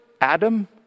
Adam